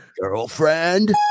girlfriend